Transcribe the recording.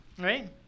right